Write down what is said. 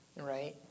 right